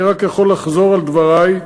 אני רק יכול לחזור על דברי.